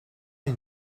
une